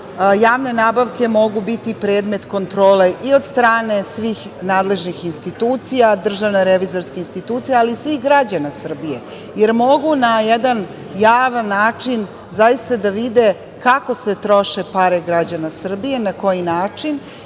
javne nabavke mogu biti predmet kontrole i od strane svih nadležnih institucija, DRI, ali i svih građana Srbije, jer mogu na jedan javan način zaista da vide kako se troše pare građana Srbije, na koji način